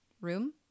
room